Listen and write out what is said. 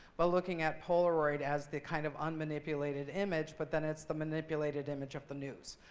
but looking at polaroid as the kind of unmanipulated image, but then it's the manipulated image of the news.